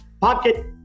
pocket